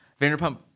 Vanderpump